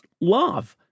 love